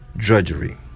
drudgery